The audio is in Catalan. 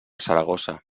saragossa